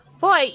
Boy